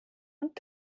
und